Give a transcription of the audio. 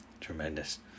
Tremendous